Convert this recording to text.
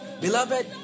Beloved